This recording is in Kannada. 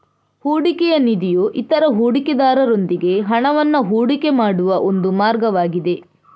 ಹೂಡಿಕೆಯ ನಿಧಿಯು ಇತರ ಹೂಡಿಕೆದಾರರೊಂದಿಗೆ ಹಣವನ್ನ ಹೂಡಿಕೆ ಮಾಡುವ ಒಂದು ಮಾರ್ಗವಾಗಿದೆ